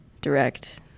direct